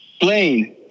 Blaine